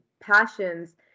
passions